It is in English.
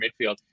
midfield